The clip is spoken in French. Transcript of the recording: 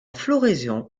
floraison